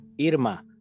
Irma